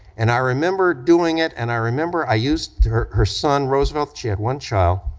and i remember doing it, and i remember i used her her son, roosevelt, she had one child,